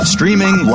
Streaming